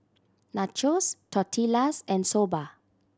Nachos Tortillas and Soba